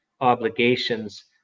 obligations